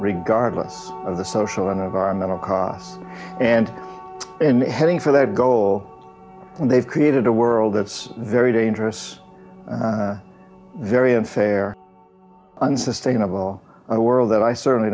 regardless of the social and environmental cause and in heading for that goal they've created a world that's very dangerous very unfair unsustainable world that i certainly